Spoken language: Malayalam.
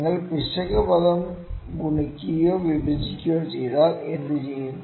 നിങ്ങൾ പിശക് പദം ഗുണിക്കുകയോ വിഭജിക്കുകയോ ചെയ്താൽ എന്തുചെയ്യും